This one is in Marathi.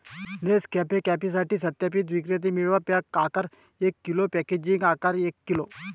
नेसकॅफे कॉफीसाठी सत्यापित विक्रेते मिळवा, पॅक आकार एक किलो, पॅकेजिंग आकार एक किलो